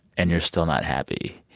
and you're still not happy.